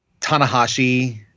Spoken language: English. Tanahashi